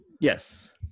Yes